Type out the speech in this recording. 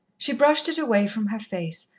she brushed it away from her face,